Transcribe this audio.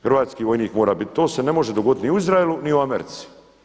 Hrvatski vojnik mora biti, to se ne može dogoditi ni u Izraelu ni u Americi.